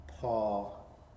Paul